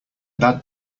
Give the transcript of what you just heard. bad